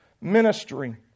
ministry